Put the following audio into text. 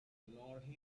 north